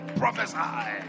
prophesy